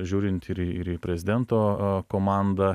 žiūrint ir į ir į prezidento a komandą